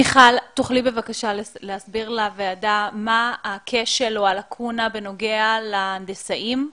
תוכלי בבקשה להסביר לוועדה מה הכשל או הלקונה בנוגע להנדסאים?